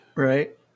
Right